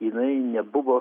jinai nebuvo